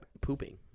pooping